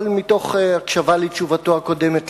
אבל מתוך הקשבה לתשובתו הקודמת,